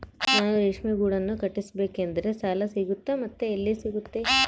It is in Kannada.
ನಾನು ರೇಷ್ಮೆ ಗೂಡನ್ನು ಕಟ್ಟಿಸ್ಬೇಕಂದ್ರೆ ಸಾಲ ಸಿಗುತ್ತಾ ಮತ್ತೆ ಎಲ್ಲಿ ಸಿಗುತ್ತೆ?